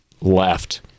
left